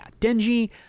Denji